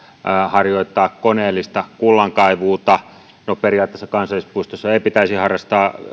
harjoittaa koneellista kullankaivuuta no periaatteessa kansallispuistossa ei pitäisi harrastaa